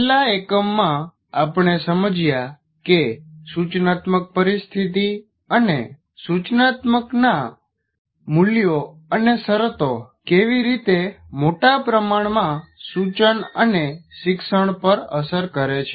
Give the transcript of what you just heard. છેલ્લા એકમમાં આપણે સમજ્યા કે સૂચનાત્મક પરિસ્થિતિ અને સૂચનાત્મકના મૂલ્યો અને શરતો કેવી રીતે મોટા પ્રમાણમા સૂચન અને શિક્ષણ પર અસર કરે છે